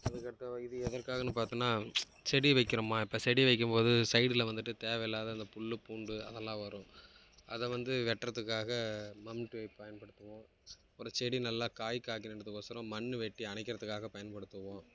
அதுக்கடுத்ததாக இது எதற்காகனு பார்த்தோன்னா செடி வைக்கிறோம் இப்போ செடி வைக்கும் போது சைடில் வந்துட்டு தேவயில்லாத இந்த புல் பூண்டு அதெலாம் வரும் அதை வந்து வெட்டுறதுக்காக மண்வெட்டி பயன்படுத்துவோம் ஒரு செடி நல்லா காய் காய்கிறதுக்கு ஓசரம் மண்ணு வெட்டி அணைக்கிறதுக்காக பயன்டுத்துவோம்